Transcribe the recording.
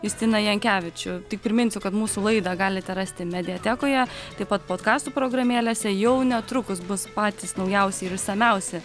justiną jankevičių tik priminsiu kad mūsų laidą galite rasti mediatekoje taip pat podkastų programėlėse jau netrukus bus patys naujausi ir išsamiausi